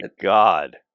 God